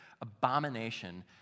abomination